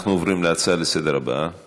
אנחנו עוברים להצעות הבאות